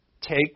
take